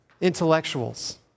intellectuals